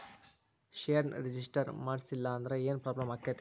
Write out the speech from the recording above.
ಷೇರ್ನ ರಿಜಿಸ್ಟರ್ ಮಾಡ್ಸಿಲ್ಲಂದ್ರ ಏನ್ ಪ್ರಾಬ್ಲಮ್ ಆಗತೈತಿ